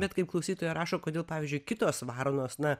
bet kaip klausytoja rašo kodėl pavyzdžiui kitos varnos na